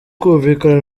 kumvikana